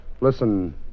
Listen